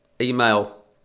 email